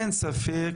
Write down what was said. אין ספק,